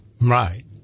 Right